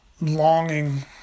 longing